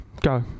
go